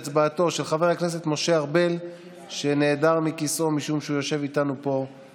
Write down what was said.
לנסות לייצר לעצמנו עיניים וסנסורים שיזהו בזמן אמת.